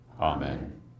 Amen